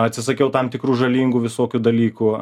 atsisakiau tam tikrų žalingų visokių dalykų